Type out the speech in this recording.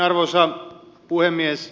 arvoisa puhemies